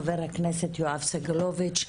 חבר הכנסת יואב סגלוביץ'.